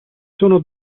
sono